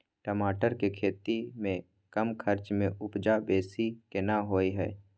टमाटर के खेती में कम खर्च में उपजा बेसी केना होय है?